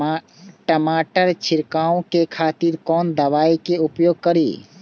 टमाटर छीरकाउ के खातिर कोन दवाई के उपयोग करी?